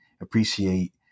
appreciate